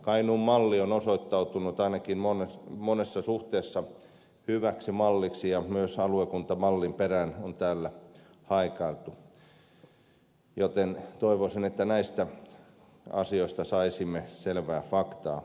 kainuun malli on osoittautunut ainakin monessa suhteessa hyväksi malliksi ja myös aluekuntamallin perään on täällä haikailtu joten toivoisin että näistä asioista saisimme selvää faktaa